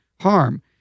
harm